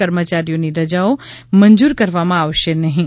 કર્મચારીઓની રજાઓ મંજૂર કરવામાં આવશે નહીં